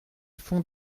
fond